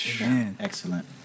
Excellent